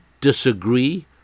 disagree